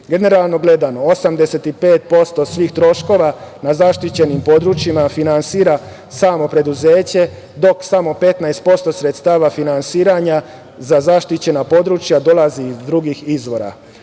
Generalno gledano, 85% svih troškova na zaštićenim područjima finansira samo preduzeće, dok samo 15% sredstava finansiranja za zaštićena područja dolazi iz drugih izvora.